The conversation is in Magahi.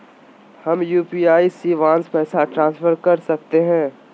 हम यू.पी.आई शिवांश पैसा ट्रांसफर कर सकते हैं?